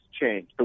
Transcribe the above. change